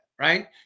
Right